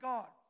God